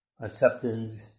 acceptance